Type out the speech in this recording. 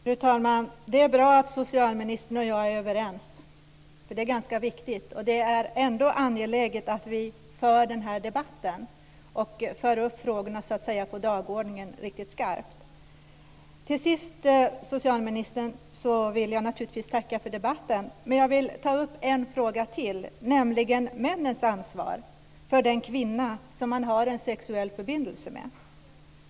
Fru talman! Det är bra att socialministern och jag är överens. Det är ganska viktigt. Det är ändå angeläget att vi för den här debatten och så att säga för upp frågorna på dagordningen riktigt skarpt. Till sist, socialministern, vill jag naturligtvis tacka för debatten. Men jag vill ta upp en fråga till, nämligen mannens ansvar för den kvinna som han har en sexuell förbindelse med.